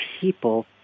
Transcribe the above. people